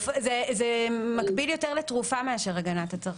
זה מקביל יותר לתרופה מאשר הגנת הצרכן.